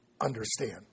understand